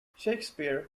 shakespeare